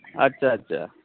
আচ্ছা আচ্ছা